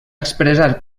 expressar